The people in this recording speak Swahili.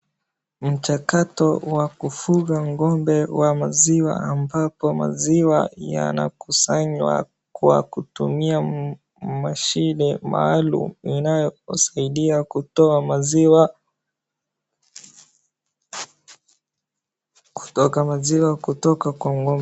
Mchakato wa kufunga ng'ombe wa maziwa ambapo maziwa yanakusanywa kwa kutumia mashine maalum inayosaidia kutoa maziwa kutoka kwa ng'ombe.